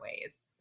ways